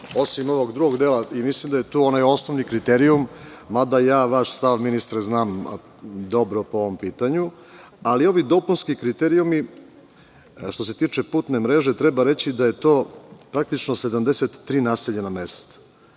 osim ovog drugog dela. Mislim da je tu onaj osnovni kriterijum, mada vaš stav, ministre, znam dobro po ovom pitanju. Ovi dopunski kriterijumi, što se tiče putne mreže, treba reći da je to praktično 73 naseljena mesta,